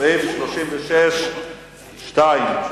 סעיף 36(ה)(2):